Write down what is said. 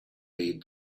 bade